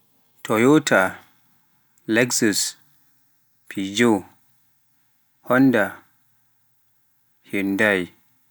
Toyota, Lexus, Pegeot, Honda, Hynday